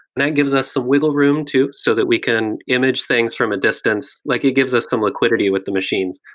that gives us a wiggle room too, so that we can image things from a distance. like it gives us some liquidity with the machines.